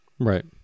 Right